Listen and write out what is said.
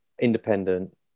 independent